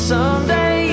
Someday